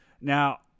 Now